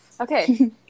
Okay